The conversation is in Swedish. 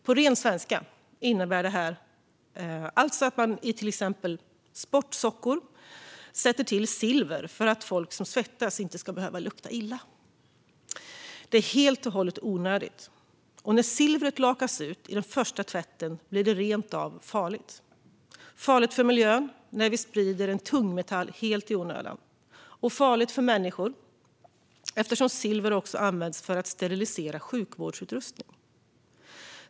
På ren svenska innebär detta att man tillsätter silver i till exempel sportsockor för att folk som svettas inte ska behöva lukta illa. Det är helt och hållet onödigt, och när silvret lakas ur i den första tvätten blir det rent av farligt. Det blir farligt för miljön när vi sprider en tungmetall helt i onödan, och det blir farligt för människor eftersom silver också används för att sterilisera sjukvårdsutrustning.